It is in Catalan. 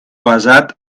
basat